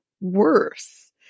worse